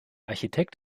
architekt